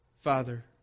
Father